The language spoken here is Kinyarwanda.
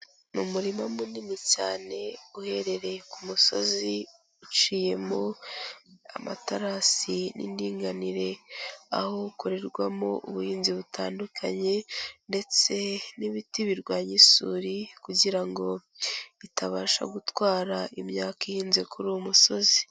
Ni umurima munini cyane uherereye ku musozi uciyemo amaterasi n'indinganire, aho ukorerwamo ubuhinzi butandukanye ndetse n'ibiti birwanya isuri kugira ngo itabasha gutwara imyaka ihinze kuri uwo musozi.